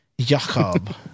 Jacob